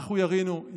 אנחנו ירינו,